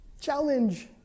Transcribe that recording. challenge